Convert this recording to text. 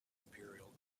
imperial